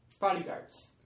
bodyguards